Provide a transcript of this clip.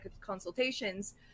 consultations